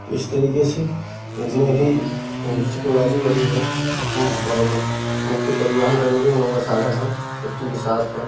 तो इस तरीक़े से जितने भी टेक्नोलॉजी बढ़ी है और मुख्य परिवहन का जो भी साधन है सेफ़्टी के साथ है